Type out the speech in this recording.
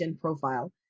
profile